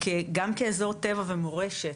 גם כאזור טבע ומורשת,